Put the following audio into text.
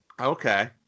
Okay